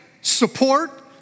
support